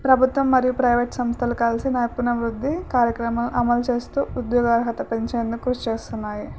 ప్రభుత్వం మరియు ప్రైవేట్ సంస్థలు కలిసి నైపుణ్యావృద్ధి కార్యక్రమాలు అమలు చేస్తూ ఉద్యోగార్హత పెంచేందు కృషి చేస్తున్నాయి